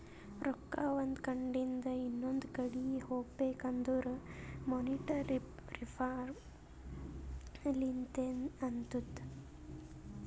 ರೊಕ್ಕಾ ಒಂದ್ ಕಡಿಂದ್ ಇನೊಂದು ಕಡಿ ಹೋಗ್ಬೇಕಂದುರ್ ಮೋನಿಟರಿ ರಿಫಾರ್ಮ್ ಲಿಂತೆ ಅತ್ತುದ್